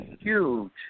huge